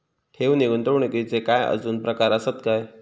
ठेव नी गुंतवणूकचे काय आजुन प्रकार आसत काय?